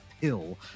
pill